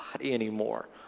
anymore